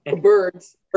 Birds